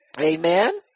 Amen